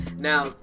now